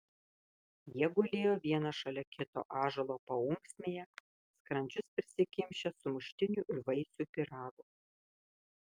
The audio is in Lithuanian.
jie gulėjo vienas šalia kito ąžuolo paunksmėje skrandžius prisikimšę sumuštinių ir vaisių pyrago